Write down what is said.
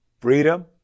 freedom